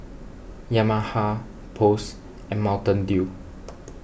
Yamaha Post and Mountain Dew